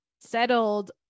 settled